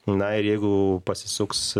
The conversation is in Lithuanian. na ir jeigu pasisuks